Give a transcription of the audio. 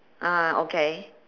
ah okay